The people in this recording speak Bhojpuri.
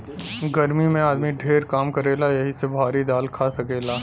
गर्मी मे आदमी ढेर काम करेला यही से भारी दाल खा सकेला